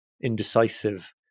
indecisive